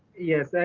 yes,